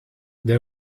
they